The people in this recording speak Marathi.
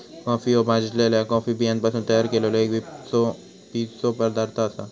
कॉफी ह्यो भाजलल्या कॉफी बियांपासून तयार केललो एक पिवचो पदार्थ आसा